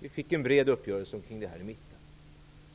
Det blev en bred uppgörelse i mitten omkring skattereformen.